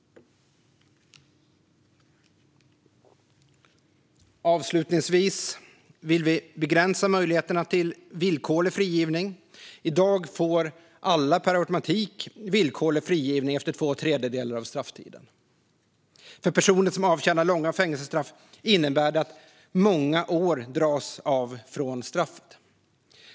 Avslutningsvis vill vi begränsa möjligheterna till villkorlig frigivning. I dag får alla per automatik villkorlig frigivning efter två tredjedelar av strafftiden. För personer som avtjänar långa fängelsestraff innebär detta att många år dras av på straffet.